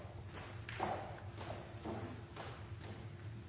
Takk